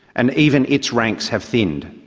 and even its ranks have thinned.